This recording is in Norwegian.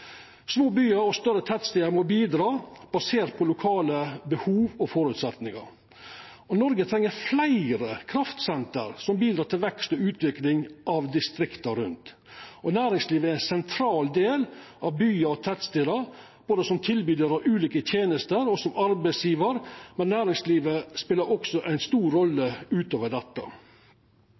Små byar og større tettstader må bidra basert på lokale behov og føresetnader. Noreg treng fleire kraftsenter som bidreg til vekst og utvikling av distrikta rundt. Næringslivet er ein sentral del av byar og tettstader både som tilbydar av ulike tenester og som arbeidsgjevar, men næringslivet spelar også ei stor rolle utover dette.